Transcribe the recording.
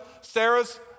Sarah's